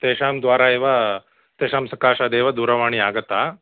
तेषां द्वारा एव तेषां सकाशादेव दूरवाणी आगता